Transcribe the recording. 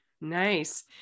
Nice